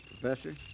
Professor